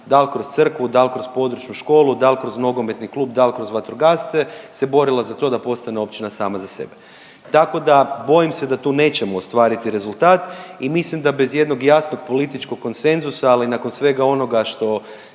dal' kroz crkvu, dal' kroz područnu školu, dal' kroz nogometni klub, dal' kroz vatrogasce se borila za to da postane općina sama za sebe. Tako da bojim se da tu nećemo ostvariti rezultat i mislim da bez jednog jasnog političkog konsenzusa ali i nakon svega onoga što